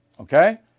Okay